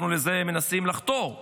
אנחנו מנסים לחתור לזה,